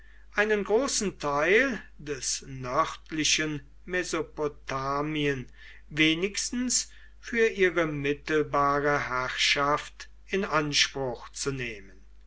einen großen teil des nördlichen mesopotamien wenigstens für ihre mittelbare herrschaft in anspruch zu nehmen